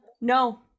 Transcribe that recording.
No